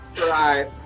Right